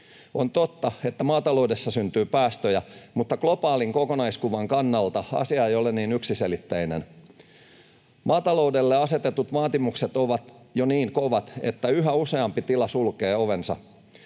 On totta, että maataloudessa syntyy päästöjä, mutta globaalin kokonaiskuvan kannalta asia ei ole niin yksiselitteinen. Maataloudelle asetetut vaatimukset ovat jo niin kovat, että yhä useampi tila sulkee ovensa.